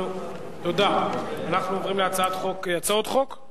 עוברים להצעות חוק?